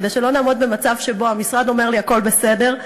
כדי שלא נעמוד במצב שבו המשרד אומר לי שהכול בסדר,